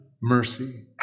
mercy